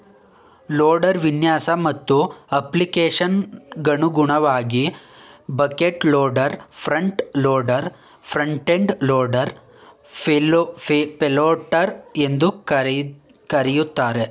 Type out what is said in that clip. loader ವಿನ್ಯಾಸ ಮತ್ತು ಅಪ್ಲಿಕೇಶನ್ಗನುಗುಣವಾಗಿ bucket loader front loader front end loader payloader ಅಂತ ಕರೀತಾರೆ